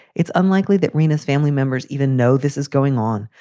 it's unlikely that rena's family members even know this is going on,